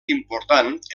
important